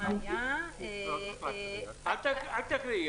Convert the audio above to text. אל תקריאי.